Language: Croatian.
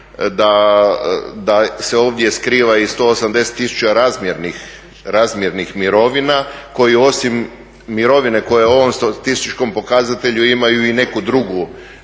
da se ovdje skriva i 180 tisuća razmjernih mirovina koji osim mirovine koje ovom statističkom pokazatelju imaju i neku drugu